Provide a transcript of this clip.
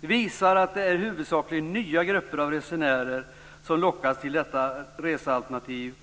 visar att det huvudsakligen är nya grupper av resenärer som lockas till detta resealternativ.